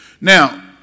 Now